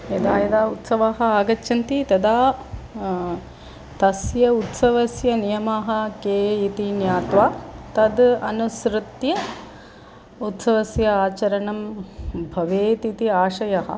यदा यदा उत्सवाः आगच्छन्ति तदा तस्य उत्सवस्य नियमाः के इति ज्ञात्वा तद् अनुसृत्य उत्सवस्य आचरणं भवेत् इति आशयः